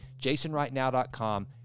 jasonrightnow.com